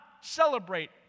celebrate